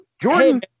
Jordan